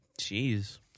Jeez